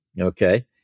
okay